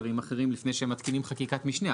שרים אחרים לפני שהם מתקינים חקיקת משנה.